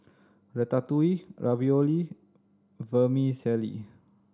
Ratatouille Ravioli Vermicelli